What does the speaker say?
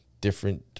different